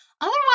Otherwise